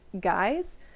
guys